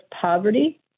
poverty